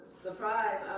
Surprise